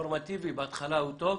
הנורמטיבי בהתחלה טוב,